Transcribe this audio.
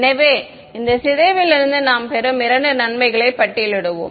எனவே இந்த சிதைவிலிருந்து நாம் பெறும் இரண்டு நன்மைகளை பட்டியலிடுவோம்